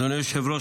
אדוני היושב-ראש,